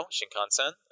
Shinkansen